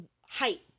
Height